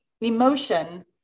emotion